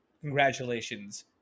Congratulations